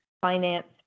finance